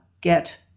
get